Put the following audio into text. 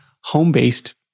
home-based